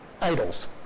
idols